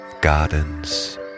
Gardens